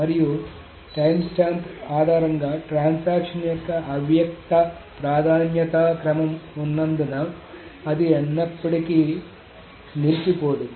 మరియు టైమ్స్టాంప్ ఆధారంగా ట్రాన్సాక్షన్ యొక్క అవ్యక్త ప్రాధాన్యత క్రమం ఉన్నందున అది ఎప్పటికీ నిలిచి పోదు